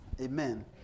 Amen